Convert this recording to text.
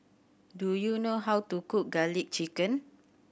do you know how to cook Garlic Chicken